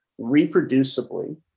reproducibly